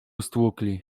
stłukli